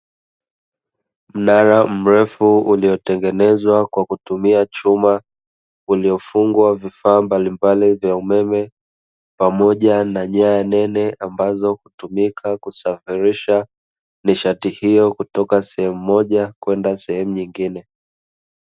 Mnara mrefu uliotengenezwa kwa kutumia chuma uliofungwa vifaa mbalimbali vya umeme pamoja na nyaya za umeme, ambazo hutumika kusafirisha nishati hiyo kutoka sehemu moja kwenda sehemu nyingine.